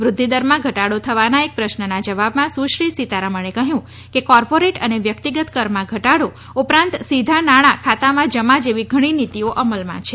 વૃધ્ઘિદરમાં ઘટાડો થવાના એક પ્રશ્નના જવાબમાં સુશ્રી સીતારમણે કહ્યું કે કોર્પોરેટ અને વ્યકિતગત કરમાં ઘટાડો ઉપરાંત સીધા નાણાં ખાતામાં જમા જેવી ઘણી નીતીઓ અમલમાં છે